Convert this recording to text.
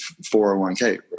401k